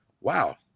Wow